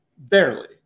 Barely